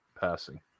passing